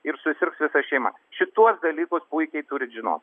ir susirgs visa šeima šituos dalykus puikiai turit žinot